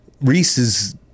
Reese's